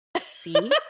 See